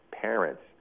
parents